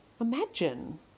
Imagine